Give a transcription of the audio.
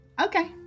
Okay